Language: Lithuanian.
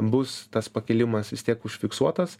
bus tas pakilimas vis tiek užfiksuotas